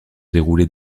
déroulés